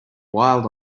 wild